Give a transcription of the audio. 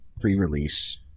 pre-release